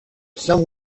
some